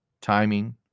timing